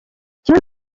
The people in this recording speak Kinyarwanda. kimwe